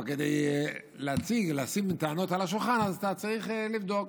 אבל כדי לשים טענות על השולחן אז אתה צריך לבדוק,